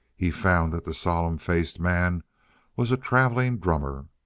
he found that the solemn-faced man was a travelling drummer.